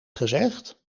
gezegd